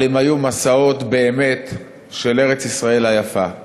אבל הם היו מסעות, באמת, של ארץ-ישראל היפה.